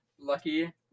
lucky